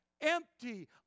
empty